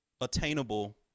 attainable